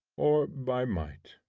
or by might.